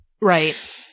Right